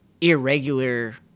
irregular